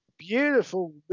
beautiful